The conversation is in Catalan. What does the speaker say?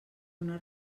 una